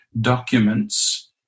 documents